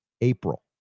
April